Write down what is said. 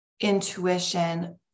intuition